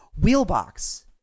Wheelbox